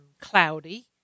cloudy